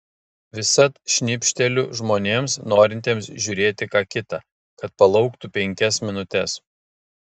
visad šnibžteliu žmonėms norintiems žiūrėti ką kita kad palauktų penkias minutes